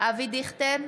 אבי דיכטר,